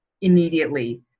immediately